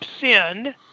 sin